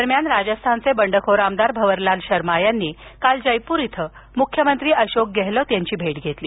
दरम्यान राजस्थानचे बंडखोर आमदार भवरलाल शर्मा यांनी काल जयपूर इथं मुख्यमंत्री अशोक गेहलोत यांची भेट घेतली